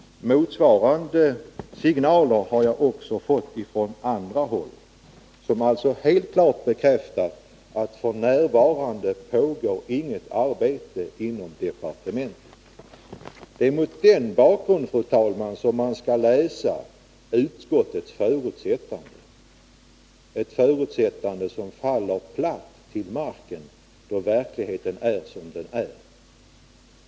Motsvarande signaler har jag fått också från andra håll, som alltså helt klart bekräftar att det f.n. inte pågår något propositionsarbete inom departementet. Det är mot denna bakgrund, fru talman, man skall läsa utskottets förutsättande, ett förutsättande som faller platt till marken då verkligheten är som den är.